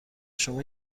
شما